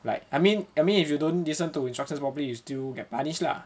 like I mean I mean if you don't listen to instructions properly you still get punished lah